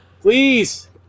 Please